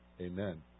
amen